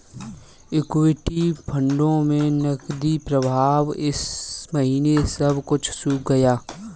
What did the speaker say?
equity फंडों में नकदी प्रवाह इस महीने सब कुछ सूख गया है